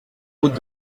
route